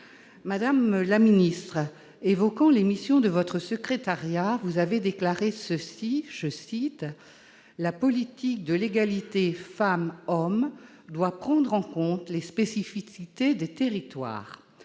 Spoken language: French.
Madame la secrétaire d'État, évoquant les missions de votre secrétariat d'État, vous avez déclaré ceci :« La politique de l'égalité femmes-hommes doit prendre en compte les spécificités des territoires.